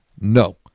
No